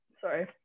sorry